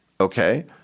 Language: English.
Okay